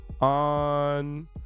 on